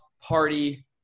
party